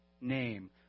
name